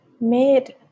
made